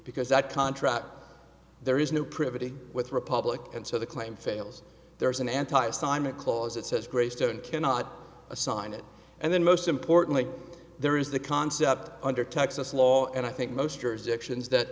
because that contract there is no privity with republicans so the claim fails there is an anti assignment clause that says greystone cannot assign it and then most importantly there is the concept under texas law and i think most jurisdictions that